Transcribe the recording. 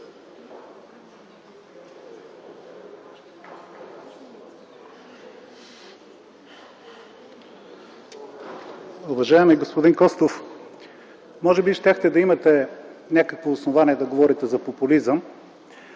Уважаеми господин Костов, може би щяхте да имате някакво основание да говорите за популизъм,